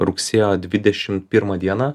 rugsėjo dvidešim pirmą dieną